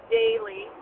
daily